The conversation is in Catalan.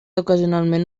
ocasionalment